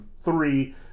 three